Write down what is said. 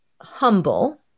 humble